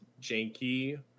janky